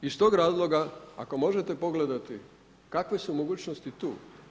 Iz tog razloga ako možete pogledati kakve su mogućnosti tu.